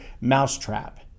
mousetrap